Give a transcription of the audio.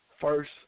first